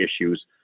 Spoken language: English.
issues